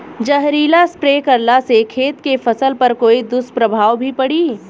जहरीला स्प्रे करला से खेत के फसल पर कोई दुष्प्रभाव भी पड़ी?